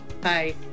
Bye